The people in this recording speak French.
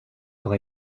sont